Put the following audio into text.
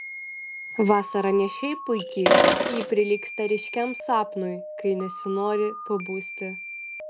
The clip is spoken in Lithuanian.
vasara ne šiaip puiki ji prilygsta ryškiam sapnui kai nesinori pabusti